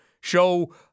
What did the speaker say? show